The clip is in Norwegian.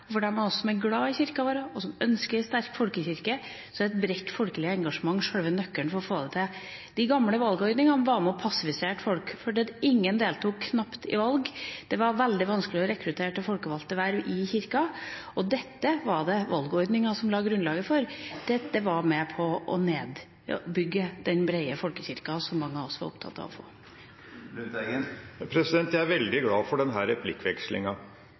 For dem av oss som er glad i Kirka, og som ønsker en sterk folkekirke, er et bredt, folkelig engasjement sjølve nøkkelen til å få det til. De gamle valgordningene var med på å passivisere folk fordi knapt noen deltok i valg, det var veldig vanskelig å rekruttere til folkevalgte verv i Kirka, og dette var det valgordninga som la grunnlaget for. Dette var med på å nedbygge den brede folkekirka, som mange av oss var opptatt av å få. Jeg er veldig glad for denne replikkvekslinga.